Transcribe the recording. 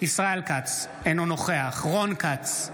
ישראל כץ, אינו נוכח רון כץ,